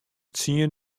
tsien